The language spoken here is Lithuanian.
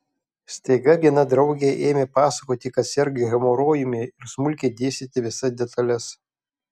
staiga viena draugė ėmė pasakoti kad serga hemorojumi ir smulkiai dėstyti visas detales